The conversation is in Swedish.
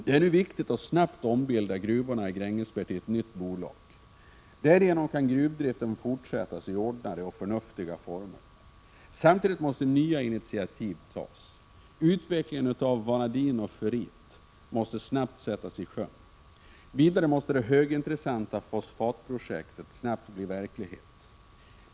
Det är nu viktigt att snabbt ombilda gruvorna i Grängesberg till ett nytt bolag. Därigenom kan gruvdriften fortsättas i ordnade och förnuftiga former. Samtidigt måste nya initiativ tas. Utvecklingen av vanadin och ferrit måste snabbt sättas i sjön. Vidare måste det högintressanta fosfatprojektet snabbt bli verklighet.